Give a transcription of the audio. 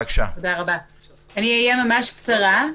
אהיה ממש קצרה,